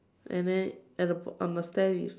and then at the on the stand is